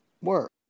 work